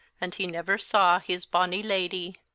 and he never saw his bonny lady.